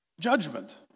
Judgment